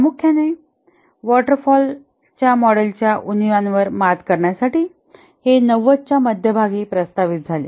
प्रामुख्याने waterfall च्या मॉडेलच्या उणीवांवर मात करण्यासाठी हे 90 च्या मध्यभागी प्रस्तावित झाले